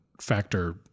factor